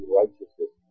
righteousness